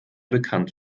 bekannt